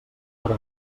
però